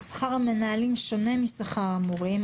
שכר המנהלים שונה משכר המורים,